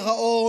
גירעון,